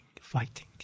fighting